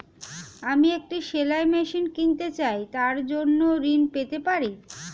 আমি একটি সেলাই মেশিন কিনতে চাই তার জন্য ঋণ পেতে পারি?